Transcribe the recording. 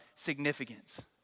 significance